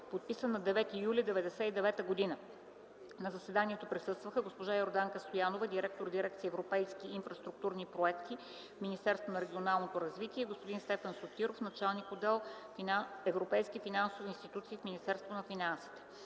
подписан на 9 юли 1999 г. На заседанието присъстваха: госпожа Йорданка Стоянова – директор дирекция „Европейски инфраструктурни проекти” в Министерството на регионалното развитие и господин Стефан Сотиров – началник-отдел „Европейски финансови институции” в Министерството на финансите.